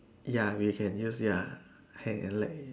ya we can use ya hand and leg